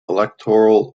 electoral